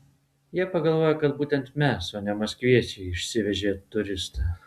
jie pagalvojo kad būtent mes o ne maskviečiai išsivežė turistą